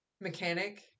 mechanic